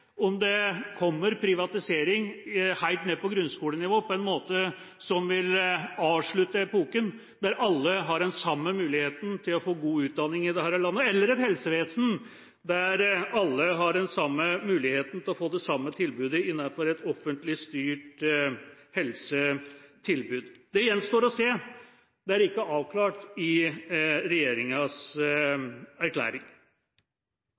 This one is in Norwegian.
om det kommer privatisering helt nede på grunnskolenivå. Det vil på en måte avslutte epoken der alle har den samme muligheten til å få god utdanning i dette landet. Eller ta helsevesenet: Der har alle den samme muligheten til å få det samme tilbudet innenfor et offentlig styrt helsetilbud. Det gjenstår å se. Det er ikke avklart i regjeringas erklæring.